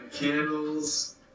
candles